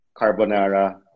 carbonara